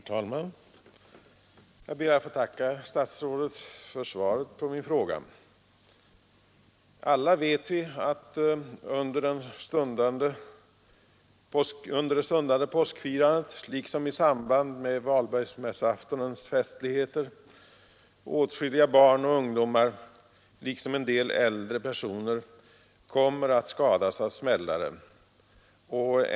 Herr talman! Jag ber att få tacka statsrådet för svaret på min fråga. Alla vet vi att under det stundande påskfirandet liksom under valborgsmässoaftonens festligheter åtskilliga barn och ungdomar liksom en del äldre personer kommer att skadas av smällare.